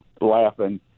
laughing